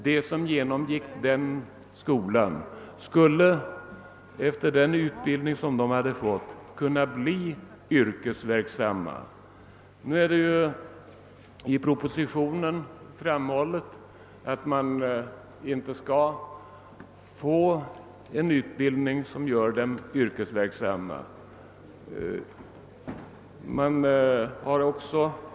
De som genomgick fackskolan skulle med den utbildning som de hade fått kunna bli yrkesverksamma. I propositionen framhålles att eleverna inte skulle få en sådan utbildning att de kunde bli yrkesverksamma.